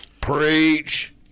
Preach